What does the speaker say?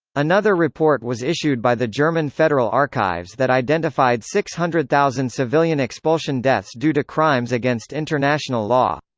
another report was issued by the german federal archives that identified six hundred thousand civilian expulsion deaths due to crimes against international law.